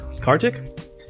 Kartik